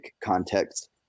context